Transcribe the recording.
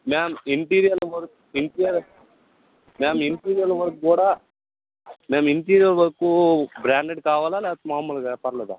ma'am interior work interior ma'am interior work కూడా ma'am interior work branded కావాలా లేకపోతే మాములుగా పర్లేదా